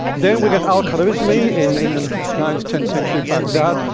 then we get al-khwarizmi in in ninth, tenth century baghdad,